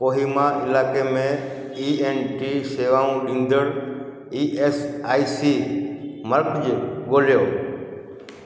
कोहिमा इलाइक़े में E N T शेवाऊं ॾींदड़ ई एस आई सी मर्कज़ु ॻोल्हियो